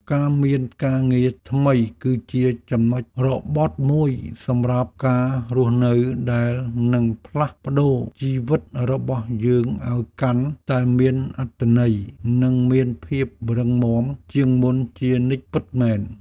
ការមានការងារថ្មីគឺជាចំណុចរបត់មួយសម្រាប់ការរស់នៅដែលនឹងផ្លាស់ប្តូរជីវិតរបស់យើងឱ្យកាន់តែមានអត្ថន័យនិងមានភាពរឹងមាំជាងមុនជានិច្ចពិតមែន។